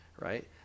right